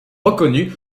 reconnu